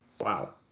Wow